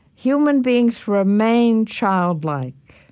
human beings remain childlike.